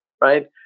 right